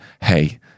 Hey